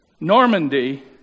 Normandy